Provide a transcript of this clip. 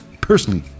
Personally